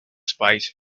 spies